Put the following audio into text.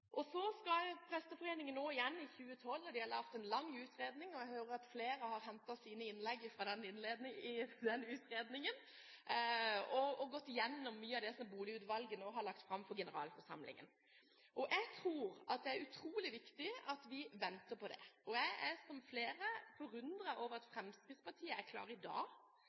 I 2012 har Presteforeningen igjen hatt en lang utredning. Jeg hører at flere har hentet sine innlegg fra den utredningen og gått gjennom mye av det som Boligutvalget nå har lagt fram for generalforsamlingen. Jeg tror det er utrolig viktig at vi venter på det. Jeg er, som flere, forundret over at Fremskrittspartiet er klar for å avvikle denne ordningen i dag.